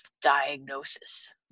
diagnosis